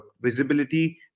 visibility